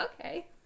okay